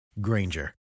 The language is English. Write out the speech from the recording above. Granger